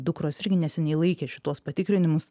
dukros irgi neseniai laikė šituos patikrinimus